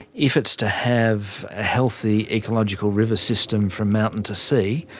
if it's to have a healthy ecological river system from mountain to sea,